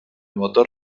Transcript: motor